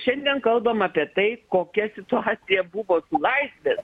šiandien kalbam apie tai kokia situacija buvo su laisvės